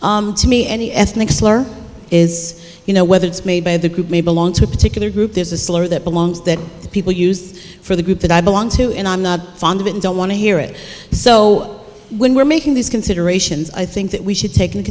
say to me any ethnic slur is you know whether it's made by the group may belong to a particular group there's a slur that belongs that people use for the group that i belong to and i'm not fond of it and don't want to hear it so when we're making these considerations i think that we should take in